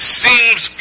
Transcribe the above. seems